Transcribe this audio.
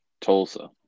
Tulsa